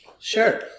sure